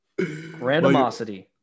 Randomosity